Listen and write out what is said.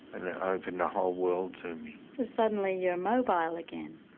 and it opened a whole world to me. so suddenly you're mobile again.